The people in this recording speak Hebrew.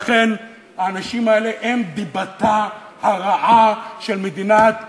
לכן האנשים האלה הם דיבתה הרעה של מדינת ישראל.